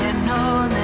know,